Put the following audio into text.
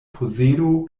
posedo